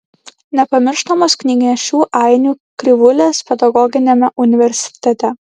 nepamirštamos knygnešių ainių krivulės pedagoginiame universitete